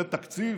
זה תקציב?